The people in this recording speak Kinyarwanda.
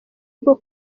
rwo